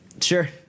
sure